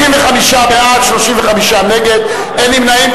55 בעד, 35 נגד, אין נמנעים.